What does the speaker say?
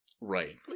right